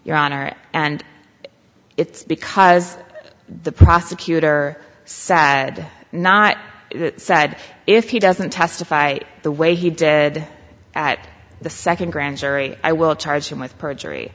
your honor and it's because the prosecutor sad not said if he doesn't testify the way he did at the second grand jury i will charge him with perjury